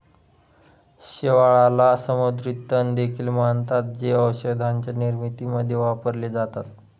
शेवाळाला समुद्री तण देखील म्हणतात, जे औषधांच्या निर्मितीमध्ये वापरले जातात